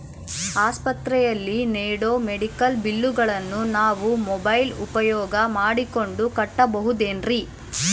ಆಸ್ಪತ್ರೆಯಲ್ಲಿ ನೇಡೋ ಮೆಡಿಕಲ್ ಬಿಲ್ಲುಗಳನ್ನು ನಾವು ಮೋಬ್ಯೆಲ್ ಉಪಯೋಗ ಮಾಡಿಕೊಂಡು ಕಟ್ಟಬಹುದೇನ್ರಿ?